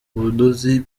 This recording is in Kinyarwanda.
ubudozi